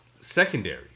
secondary